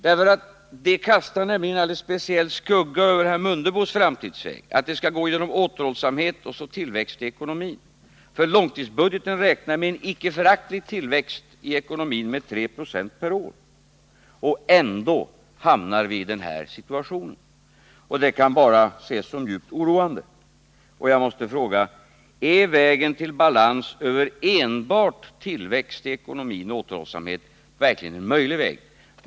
Detta skulle nämligen kasta en alldeles speciell skugga över herr Mundebos framtidsväg: allt skall lyckas genom återhållsamhet och tillväxt i ekonomin. I långtidsbudgeten räknas det med en icke föraktlig tillväxt i ekonomin — 3 6 per år. Ändå hamnar vi i denna situation. Det är djupt oroande och jag frågar: Är balans i ekonomin genom enbart tillväxt och återhållsamhet verkligen en möjlig väg?